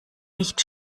nicht